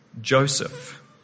Joseph